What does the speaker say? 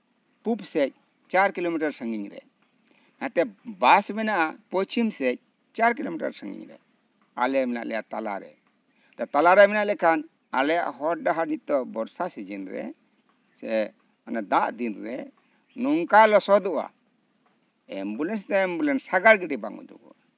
ᱯᱩᱥ ᱥᱮᱪ ᱪᱟᱨ ᱠᱤᱞᱳᱢᱤᱴᱟᱨ ᱥᱟ ᱜᱤᱧᱨᱮ ᱱᱟᱛᱮ ᱵᱟᱥ ᱢᱮᱱᱟᱜᱼᱟ ᱯᱚᱥᱪᱷᱤᱢ ᱥᱮᱫ ᱪᱟᱨ ᱠᱤᱞᱳᱢᱤᱴᱟᱨ ᱥᱟ ᱜᱤᱧ ᱨᱮ ᱟᱞᱮ ᱢᱮᱱᱟᱜ ᱞᱮᱭᱟ ᱛᱟᱞᱟᱨᱮ ᱛᱟᱞᱟᱨᱮ ᱢᱮᱱᱟᱜ ᱞᱮᱠᱷᱟᱱ ᱟᱞᱮᱭᱟᱜ ᱦᱚᱨ ᱰᱟᱦᱟᱨ ᱱᱤᱛᱚᱜ ᱵᱚᱨᱥᱟ ᱥᱤᱡᱮᱱᱨᱮ ᱥᱮ ᱫᱟᱜ ᱫᱤᱱᱨᱮ ᱱᱚᱠᱟ ᱞᱚᱥᱚᱫᱚᱜᱼᱟ ᱮᱢᱵᱩᱞᱮᱱᱥ ᱛᱚ ᱮᱢᱵᱩᱞᱮᱱᱥ ᱛᱚ ᱥᱟᱸᱜᱟᱲ ᱜᱟᱹᱰᱤ ᱵᱟᱝ ᱵᱚᱞᱚᱜᱼᱟ